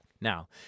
Now